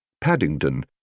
Paddington